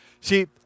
see